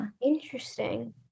interesting